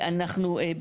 אנחנו,